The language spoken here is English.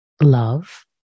love